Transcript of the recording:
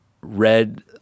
red